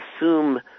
assume